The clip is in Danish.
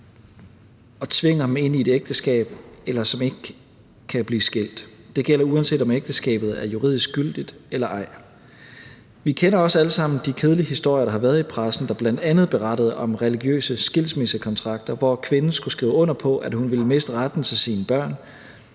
og tvinger dem ind i et ægteskab eller de ikke kan blive skilt. Det gælder, uanset om ægteskabet er juridisk gyldigt eller ej. Vi kender også alle sammen de kedelige historier, der har været i pressen, og som bl.a. har berettet om religiøse skilsmissekontrakter, hvor kvinden skulle skrive under på, at hun ville miste retten til sine børn,